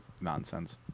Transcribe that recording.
nonsense